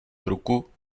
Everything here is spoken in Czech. ruku